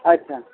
اچھا